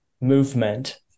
movement